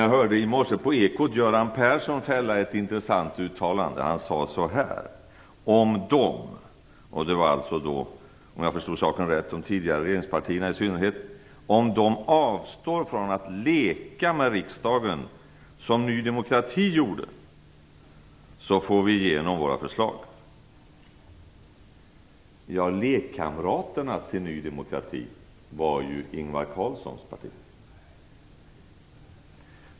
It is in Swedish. Jag hörde i morse Göran Persson i Ekot fälla ett intressant uttalande: Om de - jag antar att han menade de tidigare regeringspartierna - avstår från att leka med riksdagen, som Ny demokrati gjorde, får vi igenom våra förslag. Ja, lekkamraten till Ny demokrati var ju Ingvar Carlssons parti.